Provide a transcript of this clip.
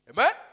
Amen